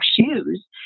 shoes